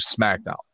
SmackDown